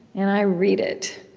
and i read it,